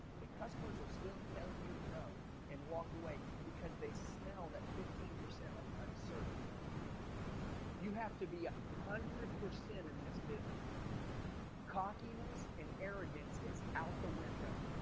the customers will still tell you no and walk away because they smell that fifteen percent of uncertainty on you you have to be a hundred percent in this business cockiness and arrogance is out the window.